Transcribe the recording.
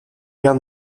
garde